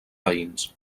veïns